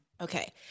Okay